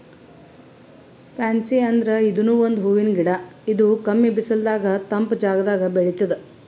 fancy ಅಂದ್ರ ಇದೂನು ಒಂದ್ ಹೂವಿನ್ ಗಿಡ ಇದು ಕಮ್ಮಿ ಬಿಸಲದಾಗ್ ತಂಪ್ ಜಾಗದಾಗ್ ಬೆಳಿತದ್